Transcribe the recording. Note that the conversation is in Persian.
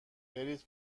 برید